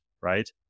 right